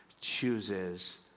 chooses